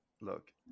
Look